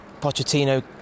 Pochettino